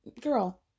Girl